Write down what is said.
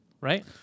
Right